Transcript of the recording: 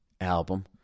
album